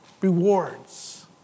rewards